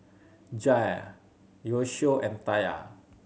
Jair Yoshio and Taya